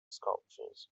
sculptures